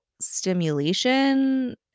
stimulation